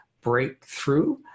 breakthrough